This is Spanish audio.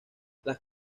las